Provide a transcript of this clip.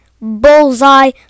Bullseye